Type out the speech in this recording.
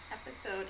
Episode